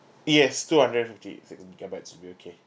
yes two hundred and fifty eight sixty gigabytes will be okay